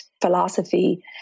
philosophy